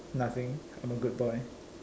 nothing I'm a good boy